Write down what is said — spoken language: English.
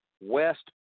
west